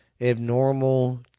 abnormal